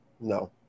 No